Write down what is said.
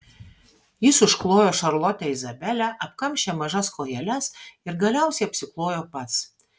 jis užklojo šarlotę izabelę apkamšė mažas kojeles ir galiausiai apsiklojo pats